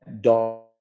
dog